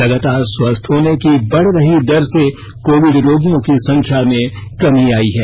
लगातार स्वस्थ होने की बढ रही दर से कोविड रोगियों की संख्या में कमी आई है